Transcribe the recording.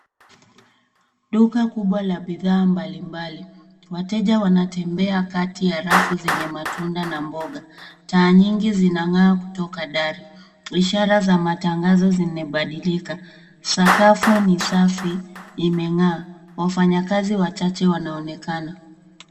Duka kubwa la bidhaa mbalimbali. Wateja wanatembea kati ya rafu zenye matunda na mboga. Taa nyingi zinang'aa kutoka dari. Ishara za matangazo zimebadilika. Sakafu ni safi imeng'aa. Wafanyakazi wachache wanaonekana.